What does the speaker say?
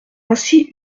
ainsi